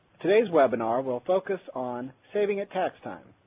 today's webinar will focus on saving at tax time.